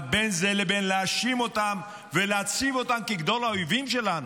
אבל בין זה לבין להאשים אותם ולהציב אותם כגדול האויבים שלנו,